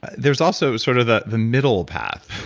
there's also sort of the the middle path,